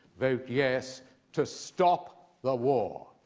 vote yes to stop the war.